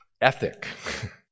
ethic